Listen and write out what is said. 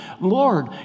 Lord